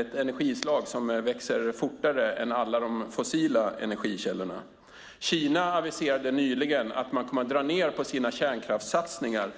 ett energislag som växer fortare än alla fossila energikällor. Nyligen aviserade Kina att man kommer att dra ned på sina kärnkraftssatsningar.